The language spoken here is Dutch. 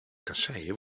kasseien